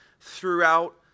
throughout